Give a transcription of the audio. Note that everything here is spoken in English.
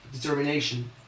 determination